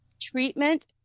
treatment